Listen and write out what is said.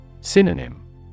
Synonym